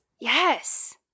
Yes